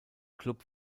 klub